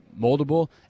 moldable